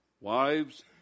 Wives